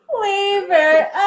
Flavor